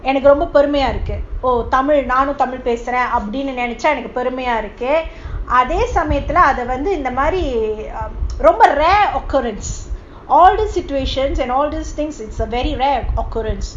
and a government ரொம்பபெருமையாஇருக்குதமிழ்நானும்தமிழ்பேசுறேன்அப்டினுநெனச்சாரொம்பபெருமையாஇருக்குஅதேசமயத்துலஅதவந்துஇந்தமாதிரி:romba perumaya irukku tamil nanum tamil pesuren apdinu nenacha romba perumaya iruku adhe samayathula adha vandhu indha madhiri rare occurence all these situations and all these things are a very rare occurence